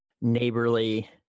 neighborly